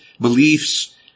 beliefs